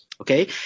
okay